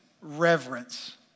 reverence